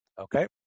Okay